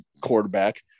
quarterback